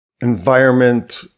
environment –